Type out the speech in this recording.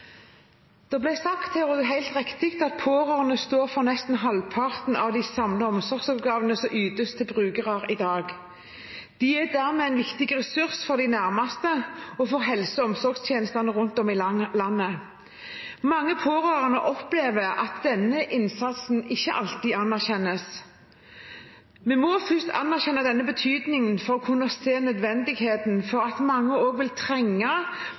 riktig, at pårørende står for nesten halvparten av de samlede omsorgsoppgavene som ytes til brukere i dag. De er dermed en viktig ressurs for de nærmeste og for helse- og omsorgstjenestene rundt om i landet. Mange pårørende opplever at denne innsatsen ikke alltid anerkjennes. Vi må først anerkjenne denne betydningen for å kunne se nødvendigheten av at mange også vil trenge